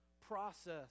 process